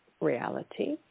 Reality